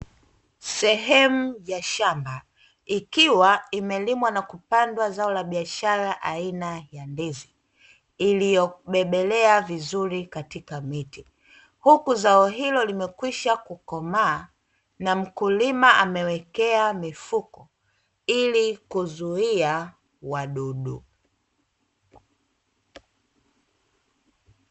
Sehem ya shamba ikiwa imelimwa na kupandwa zao la biashara aina ya ndizi iliyo bebelea vizuri katika miti, huku zao hilo llimekwisha kukomaa na mkulima amewekea mifuko ili kuzuia wadudu.